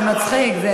זה מצחיק.